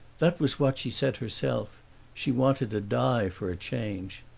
that was what she said herself she wanted to die for a change.